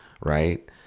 right